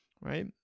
right